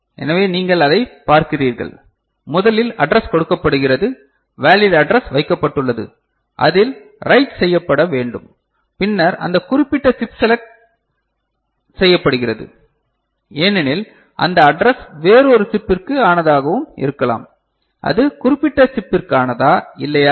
எனவே நீங்கள் அதைப் பார்க்கிறீர்கள் முதலில் அட்ரஸ் கொடுக்கப்படுகிறது வேலிட் அட்ரஸ் வைக்கப்பட்டுள்ளது அதில் ரைட் செய்யப்பட வேண்டும் பின்னர் அந்த குறிப்பிட்ட சிப் செலக்ட் செய்யப்படுகிறது ஏனெனில் அந்த அட்ரஸ் வேறு ஒரு சிப்பிற்கு ஆனதாகவும் இருக்கலாம் அது குறிப்பிட்ட சிப்பிற்கானதா இல்லையா என்று